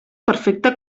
perfecte